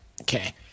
Okay